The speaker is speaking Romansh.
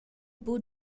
buca